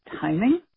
timing